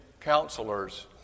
Counselors